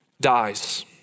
dies